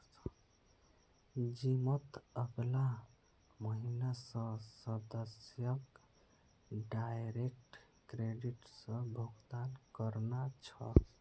जिमत अगला महीना स सदस्यक डायरेक्ट क्रेडिट स भुक्तान करना छ